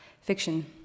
Fiction